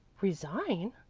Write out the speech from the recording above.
resign?